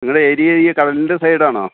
നിങ്ങളുടെ ഏരിയ ഈ കടലിൻ്റെ സൈഡാണോ